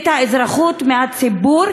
את האזרחות מהציבור,